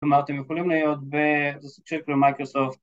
כלומר אתם יכולים להיות ב.. זה סוג של כלי מייקרוסופט